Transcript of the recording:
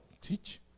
teach